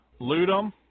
Ludum